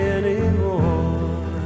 anymore